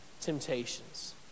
temptations